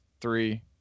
three